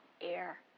air